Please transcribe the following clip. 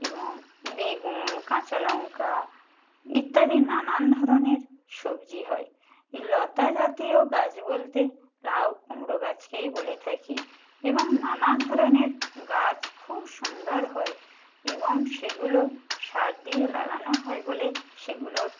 এবং বেগুন কাঁচা লঙ্কা ইত্যাদি নানান ধরনের সবজি হয় এই লতা জাতীয় গাছ বলতে লাউ কুমড়ো গাছকেই বলে থাকি এবং নানা ধরনের গাছ খুব সুন্দর হয় এবং সেগুলো সার দিয়ে লাগানো হয় বলে সেগুলোর